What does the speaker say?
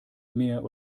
mehr